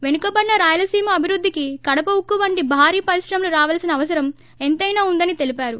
వెనుకబడిన రాయలసీమ అభివృద్దికి కడప ఉక్కు వంటి భారీ పరిశ్రమలు రావలసిన అవసరం ఎంతైనా ఉందని తెలిపారు